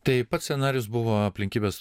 tai pats scenarijus buvo aplinkybės